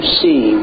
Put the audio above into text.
see